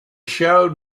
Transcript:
showed